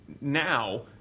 now